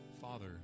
Father